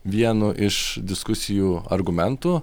vienu iš diskusijų argumentų